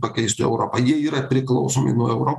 pakeistų europą jie yra priklausomi nuo euro